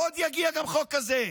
עוד יגיע גם חוק כזה.